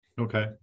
Okay